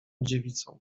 dziewicą